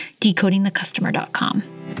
decodingthecustomer.com